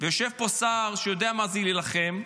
יושב פה שר שיודע מה זה להילחם,